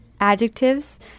adjectives